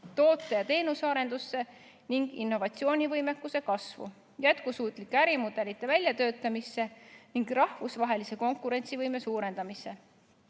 toote- ja teenusearenduse ning innovatsioonivõimekuse kasvu, jätkusuutlike ärimudelite väljatöötamisse ning rahvusvahelise konkurentsivõime suurendamisse.